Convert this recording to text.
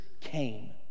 came